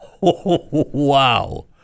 wow